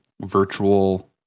virtual